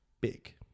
big